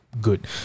good